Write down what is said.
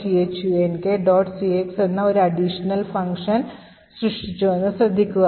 cx എന്ന ഒരു additional function സൃഷ്ടിച്ചുവെന്നത് ശ്രദ്ധിക്കുക